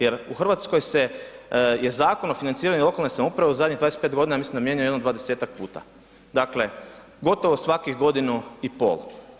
Jer u Hrvatskoj je Zakon o financiranju lokalne samouprave u zadnjih 25 godina, ja mislim da je mijenjan jedno 20-ak puta, dakle gotovo svakih godinu i pol.